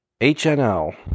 HNL